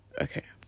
Okay